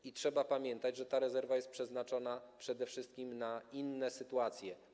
I trzeba pamiętać, że ta rezerwa jest przeznaczona przede wszystkim na inne sytuacje.